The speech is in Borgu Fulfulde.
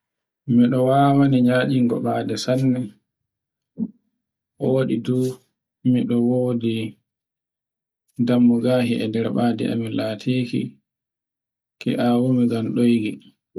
Miɗo wawani nyaɗigu sare sanwi, ko waɗi du miɗo wodi dammugal e nder ɓaade amin laatiki ke'awoni ngaltiiki